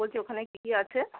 বলছি ওখানে কী কী আছে